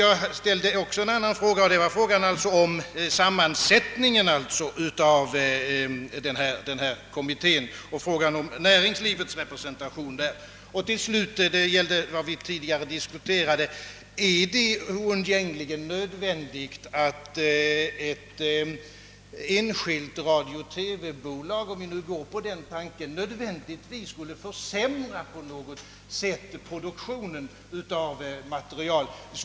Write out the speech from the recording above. Jag ställde också en annan fråga, nämligen om sammansättningen av denna kommitté och näringslivets representation i den. Inget svar! Till sist undrar jag, i anslutning till vad vi tidigare diskuterade, om det är oundgängligen nödvändigt, att ett enskilt radiooch TV-bolag — om vi fullföljer den tanken — på något sätt skulle försämra produktionen av studiematerial.